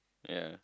ya